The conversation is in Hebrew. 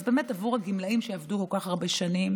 אז באמת עבור הגמלאים שעבדו כל כך הרבה שנים,